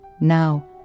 now